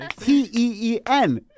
T-E-E-N